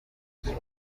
bahise